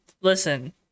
Listen